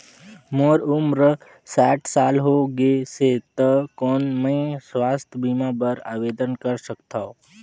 मोर उम्र साठ साल हो गे से त कौन मैं स्वास्थ बीमा बर आवेदन कर सकथव?